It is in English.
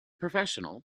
professional